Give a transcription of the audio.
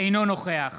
אינו נוכח